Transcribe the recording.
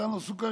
נתן לו סוכרייה,